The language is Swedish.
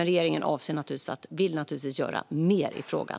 Regeringen vill naturligtvis göra mer i frågan.